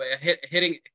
hitting